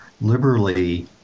liberally